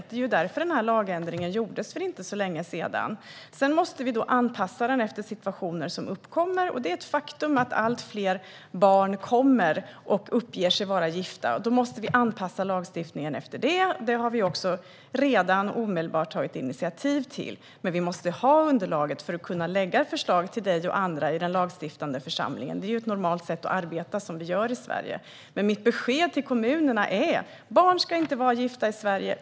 Det var därför lagändringen gjordes för inte så länge sedan. Sedan måste vi anpassa lagen efter situationer som uppkommer, och det är ett faktum att allt fler barn kommer och uppger sig vara gifta. Då måste vi anpassa lagstiftningen efter det, och det har vi också redan omedelbart tagit initiativ till. Men vi måste ha underlaget för att kunna lägga fram förslaget för dig och andra i den lagstiftande församlingen. Det är ett normalt sätt att arbeta på; det är så vi gör i Sverige. Mitt besked till kommunerna är att barn inte ska vara gifta i Sverige.